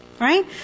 Right